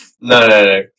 no